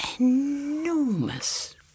enormous